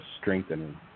strengthening